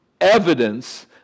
evidence